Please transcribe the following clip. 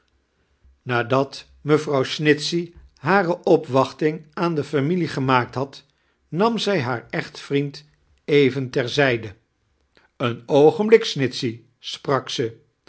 nadat mevrouw snitchey hare opwachting aan die familie gemaakt had nam zij haar eehtvriend even ter zijde een oogemfolik snitchey sprak zij